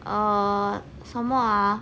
err 什么 ah